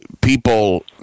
people